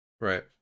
right